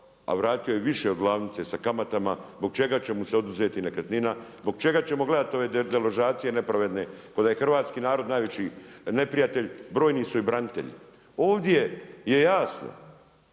a vratio je više od glavnice sa kamatama, zbog čega će mu se oduzeti nekretnina? Zbog čega ćemo gledati ove deložacije nepravedne, ko da je hrvatski narod najveći neprijatelj, brojni su i branitelji. Ovdje je jasno,